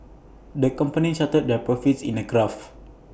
the company charted their profits in A graph